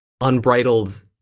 unbridled